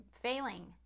failing